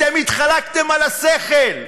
אתם התחלקתם על השכל.